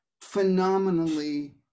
phenomenally